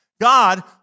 God